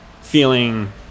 feeling